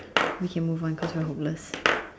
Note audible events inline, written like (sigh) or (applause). (noise) we can move on cause we are hopeless (noise)